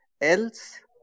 else